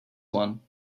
one